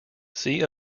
see